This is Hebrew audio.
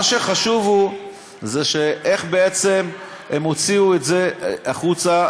מה שחשוב הוא איך בעצם הם יוציאו את זה החוצה,